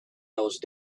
those